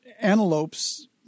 antelopes